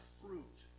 fruit